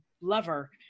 lover